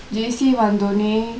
J_C வந்தோனே:vanthone